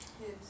Yes